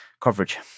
coverage